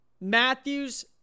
Matthews